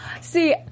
See